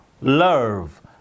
love